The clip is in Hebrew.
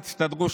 תעלי.